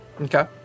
Okay